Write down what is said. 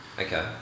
okay